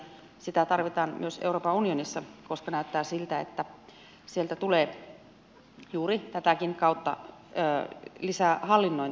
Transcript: sitä tarvitaan myös euroopan unionissa koska näyttää siltä että sieltä tulee juuri tätäkin kautta lisää hallinnointia